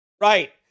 Right